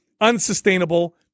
unsustainable